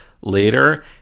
later